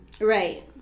Right